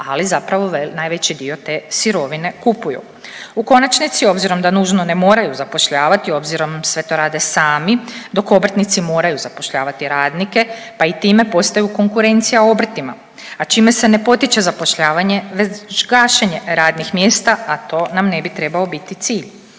ali zapravo najveći dio sirovine kupuju. U konačnici obzirom da nužno ne moraju zapošljavati obzirom sve to rade sami dok obrtnici moraju zapošljavati radnike pa i time postaju konkurencija obrtima, a čime se ne potiče zapošljavanje već gašenje radnih mjesta, a to nam ne bi trebao biti cilj.